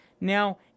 Now